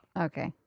Okay